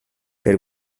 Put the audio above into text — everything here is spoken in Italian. per